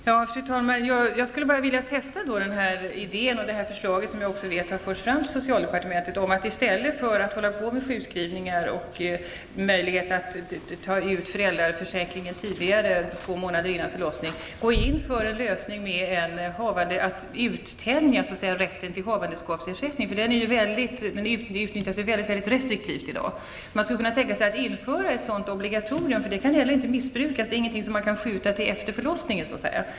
Fru talman! Jag skulle vilja testa detta förslag, som jag vet har förts fram till socialdepartementet, om att man i stället för att hålla på med sjukskrivningar och möjlighet att ta ut föräldraförsäkringen två månader före förlossningen, går in för en lösning med att uttänja rätten till havandeskapsersättning, som i dag utnyttjas mycket restriktivt. Man skulle kunna tänka sig att införa ett sådant obligatorium, som inte kan missbrukas -- det kan inte skjutas till efter förlossningen.